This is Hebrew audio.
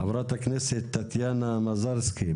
חברת הכנסת טטיאנה מזרסקי,